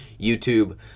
YouTube